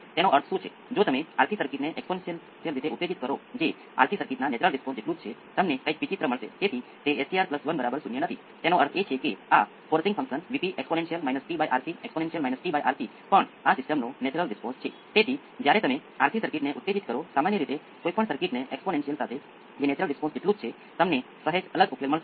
આપણે જે મેળવીશું તેમાંથી જે પણ મળશે તે V c ઓફ t છે જે A 1 એક્સ્પોનેંસિયલ prt નું મેગ્નિટ્યુડ છે આ સમગ્ર બાબત માટે સામાન્ય પરિબળ હશે અને પછી આપણી પાસે એક્સ્પોનેંસિયલ jpit A 1 નો ખૂણો એક્સ્પોનેંસિયલ માઇનસ jpit A 1 નો ખૂણો હશે